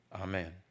Amen